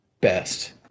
best